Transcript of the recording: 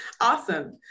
Awesome